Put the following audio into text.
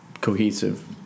cohesive